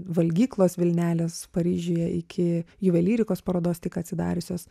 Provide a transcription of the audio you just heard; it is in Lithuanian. valgyklos vilnelės paryžiuje iki juvelyrikos parodos tik atsidariusios